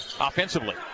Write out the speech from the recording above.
offensively